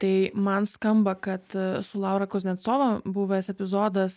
tai man skamba kad su laura kuznecova buvęs epizodas